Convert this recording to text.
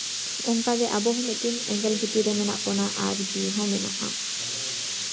ᱚᱱᱠᱟᱜᱮ ᱟᱵᱚᱦᱚᱸ ᱢᱤᱫᱴᱤᱱ ᱮᱸᱜᱮᱞ ᱵᱷᱤᱛᱤᱨ ᱨᱮ ᱢᱮᱱᱟᱜ ᱵᱚᱱᱟ ᱟᱨ ᱡᱤᱣᱤ ᱦᱚᱸ ᱢᱮᱱᱟᱜᱼᱟ